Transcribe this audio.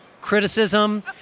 criticism